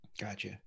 Gotcha